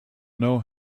know